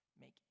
make